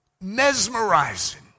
mesmerizing